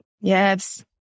Yes